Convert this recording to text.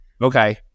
Okay